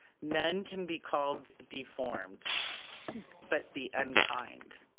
none can be called deformed but the unkind.